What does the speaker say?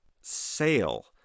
sale